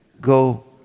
Go